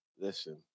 Listen